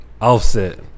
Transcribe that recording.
Offset